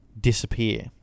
disappear